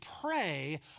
pray